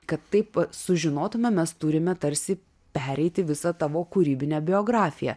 kad taip sužinotumėme mes turime tarsi pereiti visą tavo kūrybinę biografiją